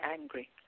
angry